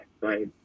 right